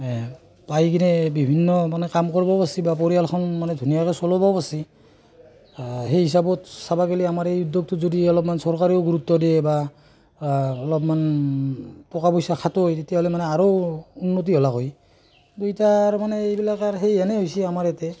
পাই কিনে বিভিন্ন মানে কাম কৰিবও পাৰিছে বা পৰিয়ালখন মানে ধুনীয়াকৈ চলাবও পাৰিছে সেই হিচাপত চাব গ'লে আমাৰ এই উদ্যোগটোত যদি অলপমান চৰকাৰেও গুৰুত্ব দিয়ে বা অলপমান টকা পইচা খটুৱায় তেতিয়াহ'লে মানে আৰু উন্নতি হ'লাক হয় কিন্তু এতিয়া আৰু এইবিলাক মানে আৰু সেইহেনে হৈছে আমাৰ ইয়াতে